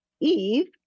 Eve